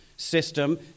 system